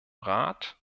rat